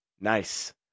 Nice